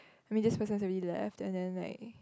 I mean this person has already left and then like